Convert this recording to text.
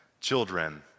children